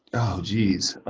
geez,